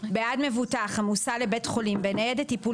בעד מבוטח המוסע לבית חולים בניידת טיפול